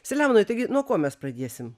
selemonai taigi nuo ko mes pradėsim